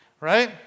right